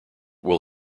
will